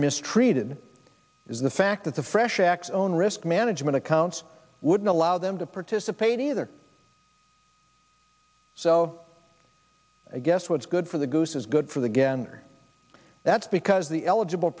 mistreated is the fact that the fresh x own risk management accounts wouldn't allow them to participate either so i guess what's good for the goose is good for the gander that's because the eligible